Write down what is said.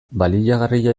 baliagarria